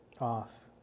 off